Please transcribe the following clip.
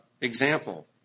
example